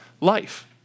life